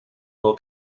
will